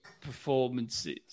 performances